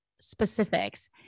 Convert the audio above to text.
specifics